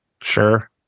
sure